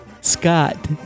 Scott